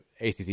ACC